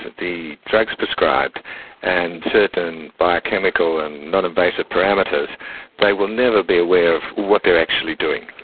the drugs prescribed and certain biochemical and non-invasive parameters they will never be aware of what they're actually doing.